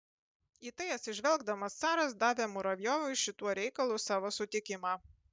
į tai atsižvelgdamas caras davė muravjovui šituo reikalu savo sutikimą